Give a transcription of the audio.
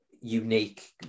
unique